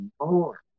more